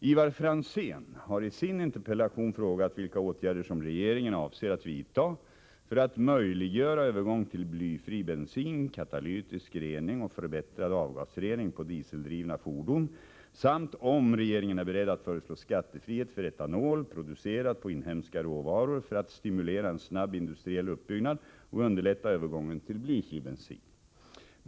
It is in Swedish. Ivar Franzén har i sin interpellation frågat vilka åtgärder som regeringen avser att vidta för att möjliggöra övergång till blyfri bensin, katalytisk rening och förbättrad avgasrening på dieseldrivna fordon samt om regeringen är beredd att föreslå skattefrihet för etanol producerad på inhemska råvaror för att stimulera en snabb industriell uppbyggnad och underlätta övergången till blyfri bensin.